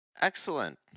Excellent